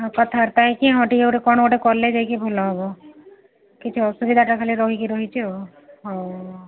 ହଁ କଥାବାର୍ତ୍ତା ହୋଇକି ହଁ ଟିକେ ଗୋଟେ କ'ଣ ଗୋଟେ କଲେ ଯାଇକି ଭଲ ହେବ କିଛି ଅସୁବିଧାଟା ଖାଲି ରହିକି ରହିଛି ଆଉ ହଉ